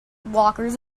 blockers